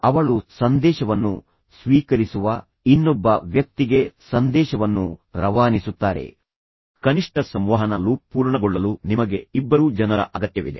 ಅವಳು ಸಂದೇಶವನ್ನು ಸ್ವೀಕರಿಸುವ ಇನ್ನೊಬ್ಬ ವ್ಯಕ್ತಿಗೆ ಸಂದೇಶವನ್ನು ರವಾನಿಸುತ್ತಾರೆ ಕನಿಷ್ಠ ಸಂವಹನ ಲೂಪ್ ಪೂರ್ಣಗೊಳ್ಳಲು ನಿಮಗೆ ಇಬ್ಬರು ಜನರ ಅಗತ್ಯವಿದೆ